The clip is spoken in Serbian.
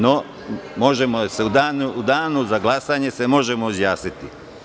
No, možemo se u danu za glasanje izjasniti.